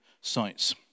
sites